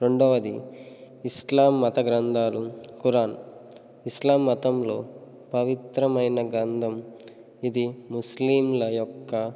రెండవది ఇస్లాం మత గ్రంథాలు ఖురాన్ ఇస్లాం మతంలో పవిత్రమైన గ్రంథం ఇది ముస్లింల యొక్క